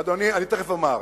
אדוני, אני תיכף אומר.